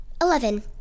Eleven